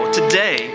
today